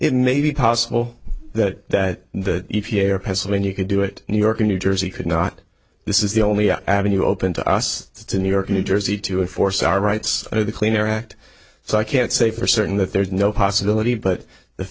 it may be possible that the e p a or pennsylvania could do it new york new jersey could not this is the only avenue open to us to new york new jersey to enforce our rights under the clean air act so i can't say for certain that there's no possibility but the